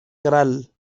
gral